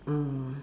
ah